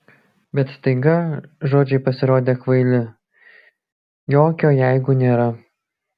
bet staiga žodžiai pasirodė kvaili jokio jeigu nėra